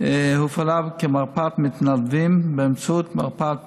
הופעלה כמרפאת מתנדבים באמצעות מרפאת טרם.